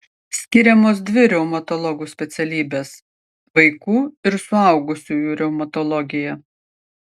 skiriamos dvi reumatologų specialybės vaikų ir suaugusiųjų reumatologija